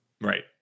Right